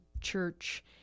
Church